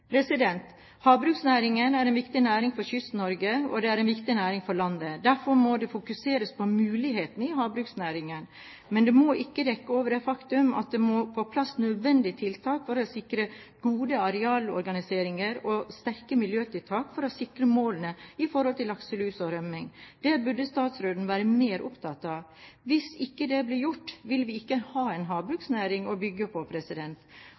Havbruksnæringen er en viktig næring for Kyst-Norge, og det er en viktig næring for landet. Derfor må det fokuseres på mulighetene i havbruksnæringen. Men man må ikke dekke over det faktum at det må på plass nødvendige tiltak for å sikre god arealorganisering og sterke miljøtiltak for å sikre målene i forhold til lakselus og rømming. Det burde statsråden være mer opptatt av. Hvis det ikke blir gjort, vil vi ikke ha en havbruksnæring å bygge på.